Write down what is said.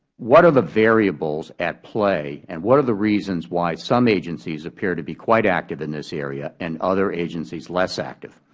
what are the variables at play and what are the reasons why some agencies appear to be quite active in this area and other agencies less active.